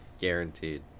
guaranteed